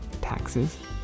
taxes